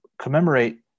commemorate